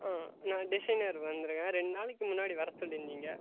ஆ நான் டிசைனர் வந்துருக்கேன் ரெண்டு நாளைக்கு முன்னாடி வர சொல்லிருந்தீங்க